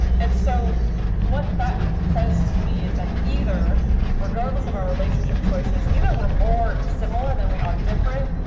and so what that says to me is that either regardless of our relationship choices either we're more similar than we are different,